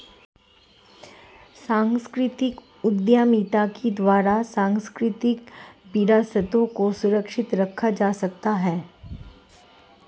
सांस्कृतिक उद्यमिता के द्वारा सांस्कृतिक विरासतों को सुरक्षित रखा जा सकता है